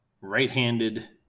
right-handed